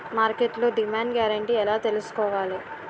మార్కెట్లో demand guarantee ఎలా తెల్సుకోవాలి?